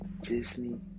Disney